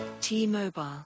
T-Mobile